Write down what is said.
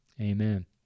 Amen